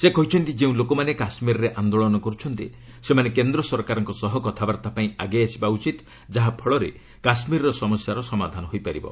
ସେ କହିଛନ୍ତି ଯେଉଁ ଲୋକମାନେ କାଶ୍ମୀରରେ ଆନ୍ଦୋଳନ କରୁଛନ୍ତି ସେମାନେ କେନ୍ଦ୍ର ସରକାରଙ୍କ ସହ କଥାବାର୍ତ୍ତା ପାଇଁ ଆଗେଇ ଆସିବା ଉଚିତ୍ ଯାହା ଫଳରେ କାଶ୍ମୀର ସମସ୍ୟାର ସମାଧାନ ହୋଇପାରିବ